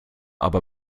aber